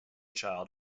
child